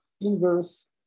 inverse